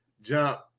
jump